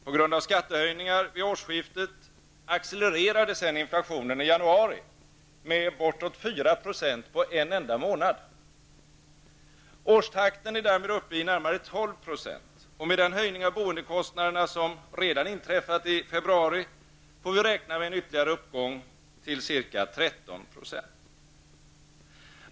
På grund av skattehöjningar vid årsskiftet accelererade inflationen i januari med bortåt 4 % på en enda månad. Årstakten är därmed uppe i närmare 12 %, och efter den höjning av boendekostnaderna som inträffade i februari får vi räkna med en ytterligare uppgång till ca 13 %.